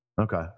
Okay